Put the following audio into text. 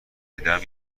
دیدم